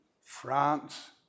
France